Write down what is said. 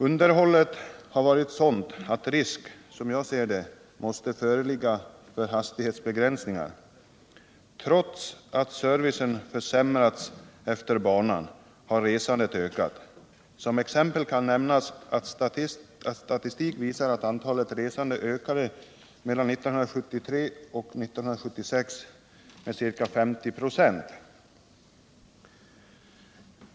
Underhållet har varit sådant att risk — som jag ser det — måste föreligga för hastighetsnedsättningar. Trots att servicen försämrats efter banan har resandet ökat. Som exempel kan nämnas att statistiken visar att antalet resande mellan 1973 och 1976 ökade med ca 50 96.